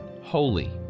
holy